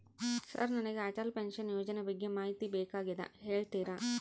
Sir ನನಗೆ Atal pension ಯೋಜನೆ ಬಗ್ಗೆ ಮಾಹಿತಿ ಬೇಕಾಗ್ಯದ ಹೇಳ್ತೇರಾ?